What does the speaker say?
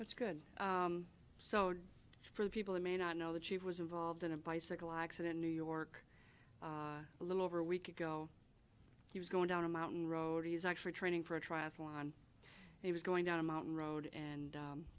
that's good so for people who may not know that she was involved in a bicycle accident new york a little over a week ago he was going down a mountain road he's actually training for a triathlon he was going down a mountain road and